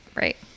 Right